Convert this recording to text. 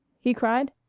he cried.